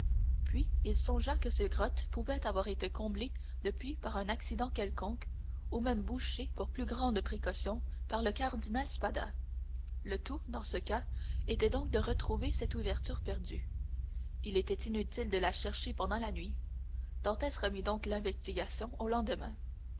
puis il songea que ces grottes pouvaient avoir été comblées depuis par un accident quelconque ou même bouchées pour plus grandes précautions par le cardinal spada le tout dans ce cas était donc de retrouver cette ouverture perdue il était inutile de la chercher pendant la nuit dantès remit donc l'investigation au lendemain